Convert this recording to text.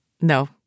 No